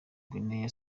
guinea